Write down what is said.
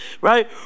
Right